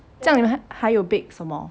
这样你们还有 bake 什么